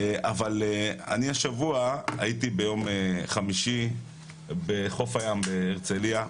אבל אני השבוע הייתי ביום חמישי בחוף הים בהרצליה,